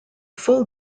full